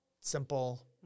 simple